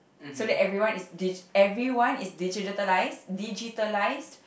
so that everyone is digi~ everyone is digitalized digitalized